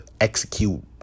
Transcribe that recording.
execute